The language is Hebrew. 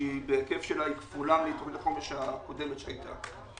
שבהיקפה היא כפולה מתוכנית החומש הקודמת שהייתה.